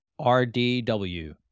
RDW